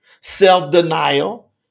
self-denial